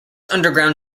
underground